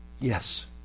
Yes